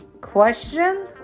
question